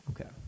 Okay